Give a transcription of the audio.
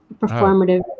performative